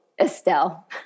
Estelle